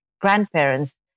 grandparents